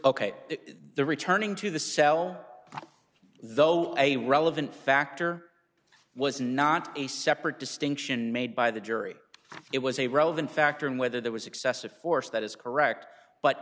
ok there returning to the cell though a relevant factor was not a separate distinction made by the jury it was a relevant factor in whether there was excessive force that is correct but